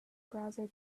browser